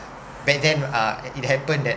back then uh it happened that